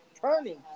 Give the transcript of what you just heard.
Turning